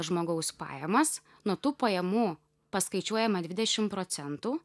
žmogaus pajamas nuo tų pajamų paskaičiuojame dvidešim procentų